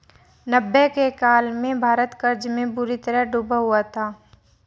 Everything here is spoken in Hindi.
नब्बे के काल में भारत कर्ज में बुरी तरह डूबा हुआ था